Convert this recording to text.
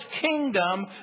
kingdom